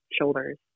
shoulders